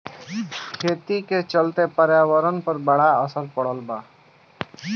खेती का चलते पर्यावरण पर बड़ा असर पड़ेला